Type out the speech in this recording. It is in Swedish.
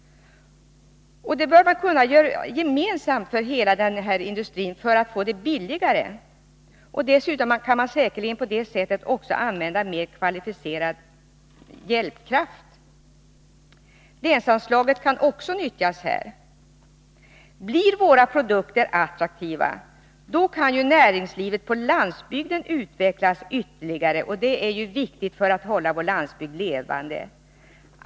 Det bör man kunna göra gemensamt för samtliga dessa industrier för att få det billigare. Dessutom kan man säkerligen på det sättet också anlita mer kvalificerad hjälp. Länsanslaget kan här också nyttjas. Blir våra produkter attraktiva, då kan näringslivet på landsbygden utvecklas ytterligare, vilket är viktigt för att hålla vår landsbygd levande.